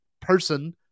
person